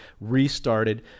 restarted